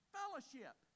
fellowship